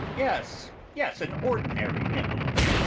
yes, yes, an ordinary envelope.